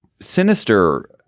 sinister